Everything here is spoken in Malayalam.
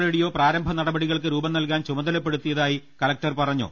റേഡിയോ പ്രാരംഭ നടപ ടികൾക്ക് രൂപം നൽകാൻ ചുമതലപ്പെടുത്തിയതായി കലക്ടർ പറഞ്ഞു